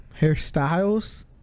Hairstyles